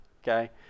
Okay